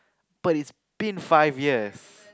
but it's been five years